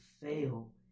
fail